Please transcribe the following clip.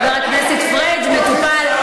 חבר הכנסת פריג', מטופל.